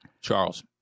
Charles